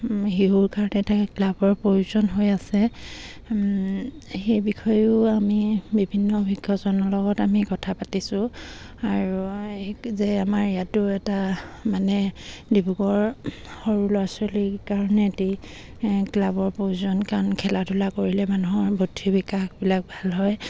শিশুৰ কাৰণে এটা ক্লাবৰ প্ৰয়োজন হৈ আছে সেই বিষয়েও আমি বিভিন্ন শিক্ষজনৰ লগত আমি কথা পাতিছোঁ আৰু যে আমাৰ ইয়াতো এটা মানে ডিব্ৰুগড় সৰু ল'ৰা ছোৱালীৰ কাৰণে এটি ক্লাবৰ প্ৰয়োজন কাৰণ খেলা ধূলা কৰিলে মানুহৰ বুদ্ধি বিকাশবিলাক ভাল হয়